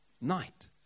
night